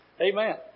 Amen